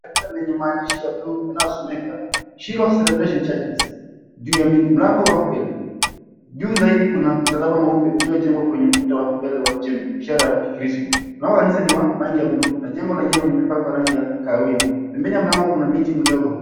Lenye maandishi ya buluu yanayosomeka, Shiloh Celebration Churches juu ya mlango wa mbele. Juu zaidi kuna msalaba mweupe uliojengwa kwenye ukuta wa mbele wa jengo ishara ya ukristo. Mlango wa kanisa ni wa rangi ya buluu na jengo lenyewe limepakwa rangi ya kahawia. Pembeni ya mlango kuna miti midogo.